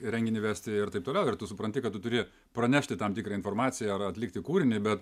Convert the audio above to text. rengt renginį vesti ir taip toliau ir tu supranti kad tu turi pranešti tam tikrą informaciją ar atlikti kūrinį bet